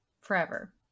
forever